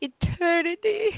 eternity